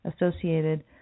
Associated